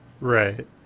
right